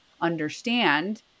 understand